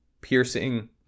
piercing